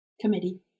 committee